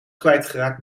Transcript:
kwijtgeraakt